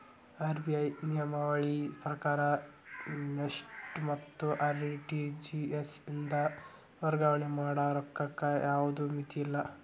RBI ನಿಯಮಾವಳಿ ಪ್ರಕಾರ NEFT ಮತ್ತ ಆರ್.ಟಿ.ಜಿ.ಎಸ್ ಇಂದ ವರ್ಗಾವಣೆ ಮಾಡ ರೊಕ್ಕಕ್ಕ ಯಾವ್ದ್ ಮಿತಿಯಿಲ್ಲ